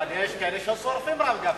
אבל יש כאלה ששורפים, הרב גפני.